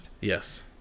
Yes